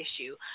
issue